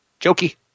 Jokey